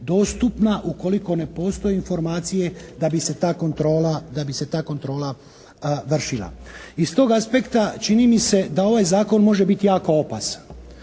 dostupna, ukoliko ne postoje informacije da bi se ta kontrola vršila. Iz tog aspekta čini mi se da ovaj zakon može biti jako opasan.